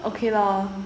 okay lor